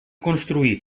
construir